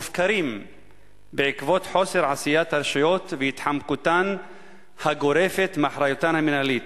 מופקרים עקב חוסר עשיית הרשויות והתחמקותן הגורפת מאחריותן המינהלית.